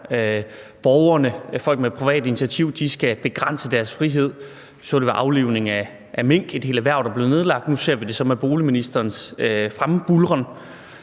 folk med privat initiativ skal begrænses i deres frihed – det så vi med aflivningen af mink, hvor et helt erhverv blev nedlagt. Nu ser vi det så med boligministerens frembuldren,